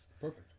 Perfect